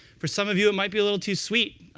for some of you, it might be a little too sweet.